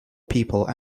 people